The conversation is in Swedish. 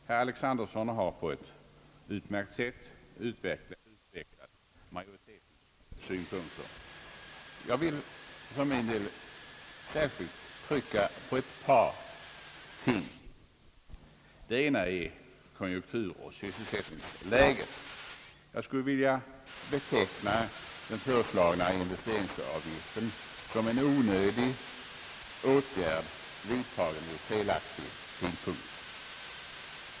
Herr Alexanderson har på ett utmärkt sätt utvecklat majoritetens synpunkter. Jag vill för min del särskilt trycka på ett par ting. Det ena är konjunkturoch sysselsättningsläget. Jag skulle vilja beteckna den föreslagna investeringsavgiften som en onödig åtgärd, vidtagen vid en felaktig tidpunkt.